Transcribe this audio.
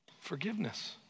Forgiveness